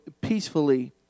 Peacefully